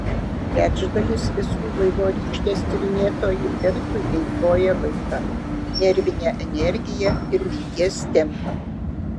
trečdalis visų vaivorykštės tyrinėtojų veltui eikvoja laiką nervinę energiją ir minties tempą